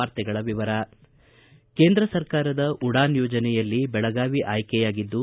ವಾರ್ತೆಗಳ ವಿವರ ಕೇಂದ್ರ ಸರಕಾರದ ಉಡಾನ್ ಯೋಜನೆಯಲ್ಲಿ ಬೆಳಗಾವಿ ಆಯ್ಕೆಯಾಗಿದ್ದು